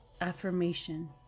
Affirmation